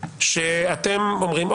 שאתם אומרים,